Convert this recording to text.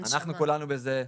אנחנו כולנו בזה,